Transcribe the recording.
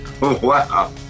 Wow